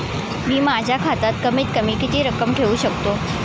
मी माझ्या खात्यात कमीत कमी किती रक्कम ठेऊ शकतो?